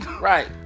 Right